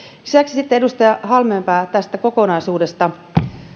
lisäksi sitten edustaja halmeenpää tästä kokonaisuudesta